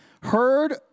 heard